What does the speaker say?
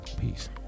Peace